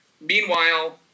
Meanwhile